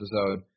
episode